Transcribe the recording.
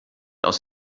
aus